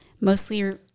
mostly –